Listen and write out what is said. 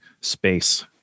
space